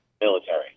military